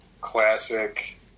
Classic